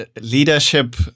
leadership